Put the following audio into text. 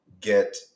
get